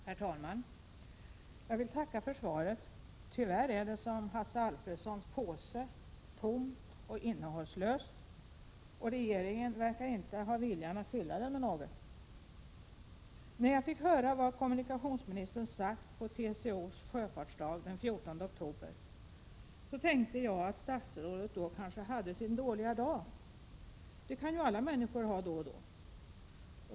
Herr talman! Jag vill tacka för svaret. Tyvärr är det som Hasse Alfredsons ' påse tomt och innehållslöst, och regeringen verkar inte ha viljan att fylla den med något. När jag fick höra vad kommunikationsministern sagt på TCO:s sjöfartsdag den 14 oktober tänkte jag att statsrådet då kanske hade sin dåliga dag - det kan ju alla människor ha då och då.